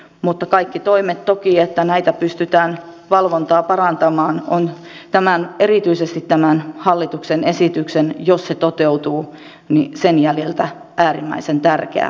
mutta toki kaikki toimet niin että pystytään valvontaa parantamaan ovat erityisesti tämän hallituksen esityksen jos se toteutuu jäljiltä äärimmäisen tärkeitä